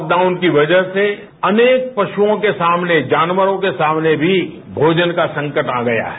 lockdown की वजह से अनेक पशुओं के सामने जानवरों के सामने भी भोजन का संकट आ गया है